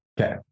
Okay